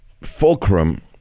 fulcrum